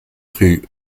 rue